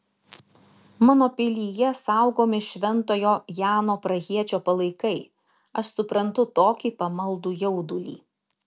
mano pilyje saugomi šventojo jano prahiečio palaikai aš suprantu tokį pamaldų jaudulį